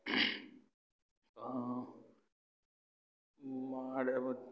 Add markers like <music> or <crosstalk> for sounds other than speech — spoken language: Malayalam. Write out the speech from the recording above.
<unintelligible>